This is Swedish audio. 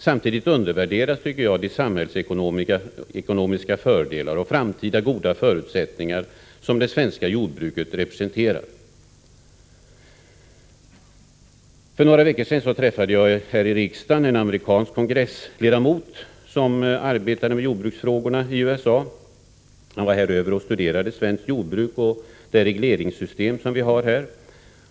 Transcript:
Samtidigt, anser jag, undervärderas de samhällsekonomiska fördelar och framtida goda förutsättningar som det svenska jordbruket representerar. För några veckor sedan träffade jag här i riksdagen en amerikansk kongressledamot som arbetar med jordbruksfrågor. Han var i Sverige för att studera svenskt jordbruk och det regleringssystem som vi har här.